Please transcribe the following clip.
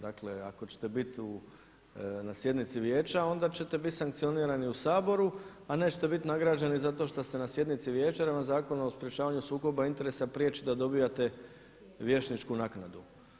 Dakle, ako ćete biti na sjednici vijeća onda ćete biti sankcionirani u Saboru a nećete biti nagrađeni za to što ste na sjednici vijeća jer vam Zakon o sprečavanju sukoba interesa priječi da dobivate vijećničku naknadu.